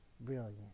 brilliant